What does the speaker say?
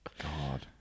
God